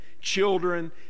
children